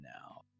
now